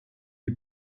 die